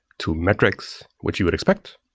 to metrics, which you would expect,